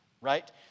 right